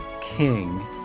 King